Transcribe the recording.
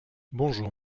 bonjour